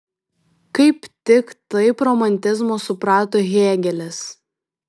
kaip tik taip romantizmą suprato hėgelis